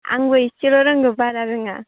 आंबो इसेल' रोंगौ बारा रोङा